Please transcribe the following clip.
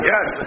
Yes